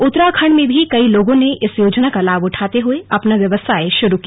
उत्तराखंड में भी कई लोगों ने इस योजना का लाभ उठाते हुए अपना व्यवसाय शुरू किया